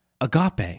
agape